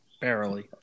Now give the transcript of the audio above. barely